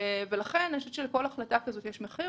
אני חושבת שלכל החלטה כזאת יש מחיר.